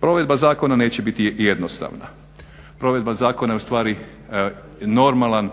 Provedba zakona neće biti jednostavna, provedba zakona je ustvari normalan